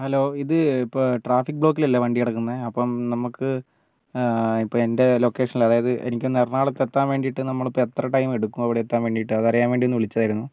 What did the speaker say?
hello ഇത് ഇപ്പം traffic ബ്ലോക്കിലല്ലേ വണ്ടി കിടക്കുന്നത് അപ്പം നമുക്ക് ഇപ്പം എൻ്റെ ലൊക്കേഷനിൽ അതായത് എനിക്ക് ഒന്ന് എറണാകുളത്ത് എത്താൻ വേണ്ടിയിട്ട് നമ്മളിപ്പോൾ എത്ര ടൈം എടുക്കും അവിടെ എത്താൻ വേണ്ടിയിട്ട് അത് അറിയാൻ വേണ്ടിയിട്ട് ഒന്ന് വിളിച്ചതായിരുന്നു